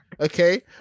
Okay